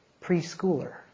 preschooler